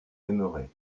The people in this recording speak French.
aimerait